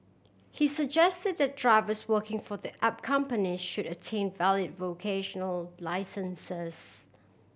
he suggested that drivers working for the app company should attain valid vocational licences